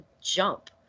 jump